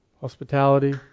Hospitality